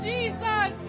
Jesus